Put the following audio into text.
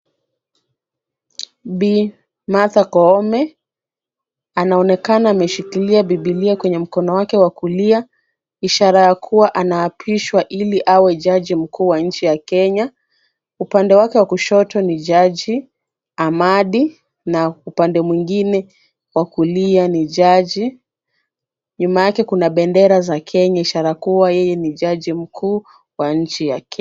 Bi Martha Koome anaonekana ameshikilia Bibilia kwenye mkono wake wa kulia, ishara ya kuwa anaapishwa ili awe jaji mkuu wa nchi ya Kenya. Upande wake wa kushoto ni jaji Amadi na upande mwingine wa kulia ni jaji. Nyuma yake kuna bendera za Kenya ishara kuwa yeye ni jaji mkuu wa nchi ya Kenya.